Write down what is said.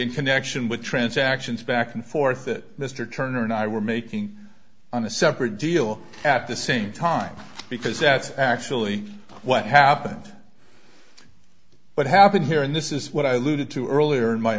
in connection with transactions back and forth that mr turner and i were making on a separate deal at the same time because that's actually what happened what happened here and this is what i looted to earlier and my